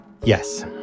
Yes